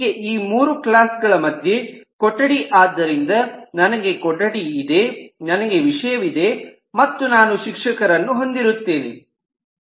ಹೀಗೆ ಈ ಮೂರು ಕ್ಲಾಸ್ ಗಳ ಮಧ್ಯೆ ಕೊಠಡಿ ಆದ್ದರಿಂದ ನನಗೆ ಕೊಠಡಿ ಇದೆ ನನಗೆ ವಿಷಯವಿದೆ ಮತ್ತು ನಾನು ಶಿಕ್ಷಕರನ್ನು ಹೊಂದಿರುತ್ತಾನೆ